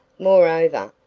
moreover,